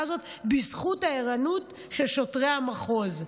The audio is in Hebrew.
הזאת בזכות הערנות של שוטרי המחוז.